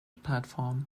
platform